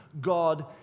God